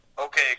okay